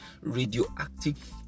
radioactive